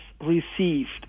received